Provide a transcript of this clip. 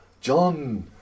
John